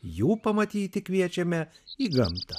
jų pamatyti kviečiame į gamtą